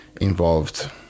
involved